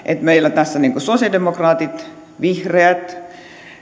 meillä tässä sosialidemokraatit vihreät